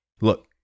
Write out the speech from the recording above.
Look